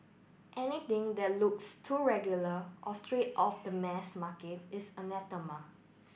anything that looks too regular or straight off the mass market is anathema